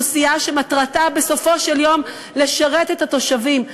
מהאוכלוסייה שמטרתה בסופו של דבר לשרת את התושבים.